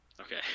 Okay